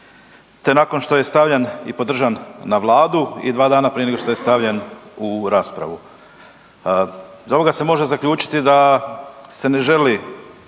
te nakon što je stavljen i podržan na Vladu i 2 dana prije nego što je stavljen u raspravu. Iz ovoga se može zaključiti da se ne želi